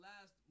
last